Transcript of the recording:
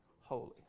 holy